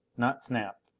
not snap!